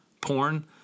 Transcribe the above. Porn